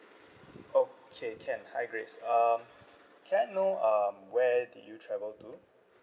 okay can hi grace uh can I know um where did you travel to